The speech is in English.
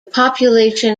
population